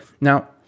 now